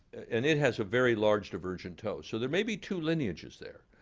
and it has a very large divergent toe. so there may be two lineages there.